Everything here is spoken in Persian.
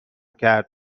کرد